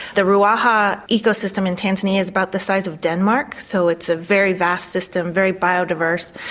the ruana ah eco system in tanzania is about the size of denmark so it's a very vast system, very biodiverse.